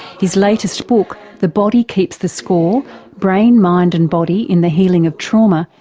his latest book, the body keeps the score brain, mind and body in the healing of trauma,